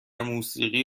موسیقی